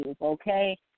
Okay